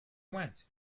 went